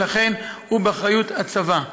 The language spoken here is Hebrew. ולכן הוא באחריות הצבא.